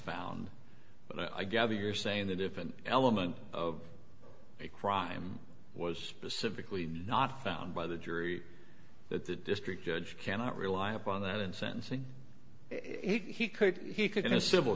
found but i gather you're saying that if an element of a crime was specifically not found by the jury that the district judge cannot rely upon that in sentencing he could he could